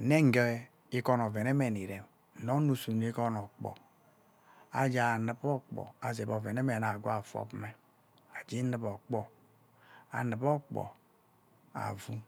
nnenghe ikoko oven-me nnivem nne ono-sune ikono okpõõ aghea nuup okpõõ azep oveneme nagha agwee afon-me ajee inup okpõõ, anup-okpõõ meweh.